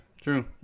true